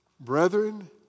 Brethren